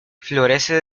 florece